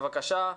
בבקשה,